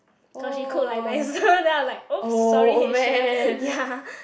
cause she cook like nicer then I'm like oops sorry head chef ya